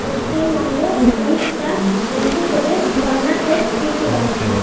Paschimbanga Orissa Andhra Pradesh Karnataka Tripura